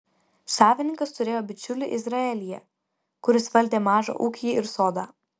savininkas turėjo bičiulį izraelyje kuris valdė mažą ūkį ir sodą